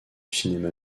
cinéma